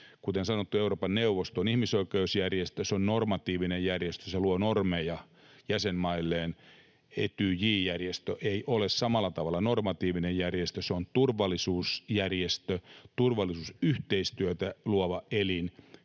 Kuten sanottu, Euroopan neuvosto on ihmisoikeusjärjestö. Se on normatiivinen järjestö, se luo normeja jäsenmailleen. Etyj-järjestö ei ole samalla tavalla normatiivinen järjestö. Se on turvallisuusjärjestö, turvallisuusyhteistyötä luova elin,